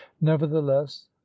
nevertheless